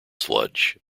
sludge